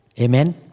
Amen